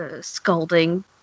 scolding